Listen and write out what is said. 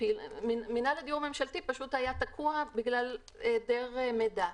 מינהל הדיור הממשלתי פשוט היה תקוע בגלל היעדר מידע,